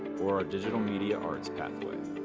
or our digital media arts pathway.